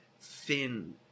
thin